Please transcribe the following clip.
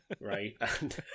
right